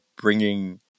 bringing